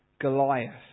Goliath